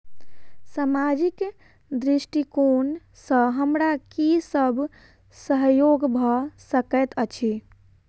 सामाजिक दृष्टिकोण सँ हमरा की सब सहयोग भऽ सकैत अछि?